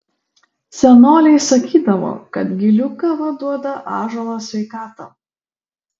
senoliai sakydavo kad gilių kava duoda ąžuolo sveikatą